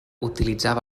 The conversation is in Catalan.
utilitzava